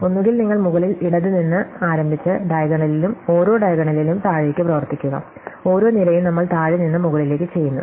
ഒന്നുകിൽ നിങ്ങൾ മുകളിൽ ഇടത് നിന്ന് ആരംഭിച്ച് ഡയഗണലിലും ഓരോ ഡയഗണലിലും താഴേക്ക് പ്രവർത്തിക്കുക ഓരോ നിരയും നമ്മൾ താഴെ നിന്ന് മുകളിലേക്ക് ചെയ്യുന്നു